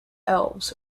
elves